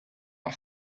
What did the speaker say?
are